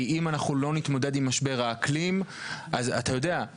כי אם לא נתמודד עם משבר האקלים אז אתה יודע,